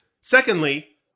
Secondly